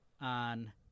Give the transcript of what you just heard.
on